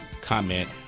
comment